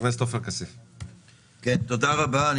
תודה רבה.